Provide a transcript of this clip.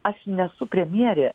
aš nesu premjerė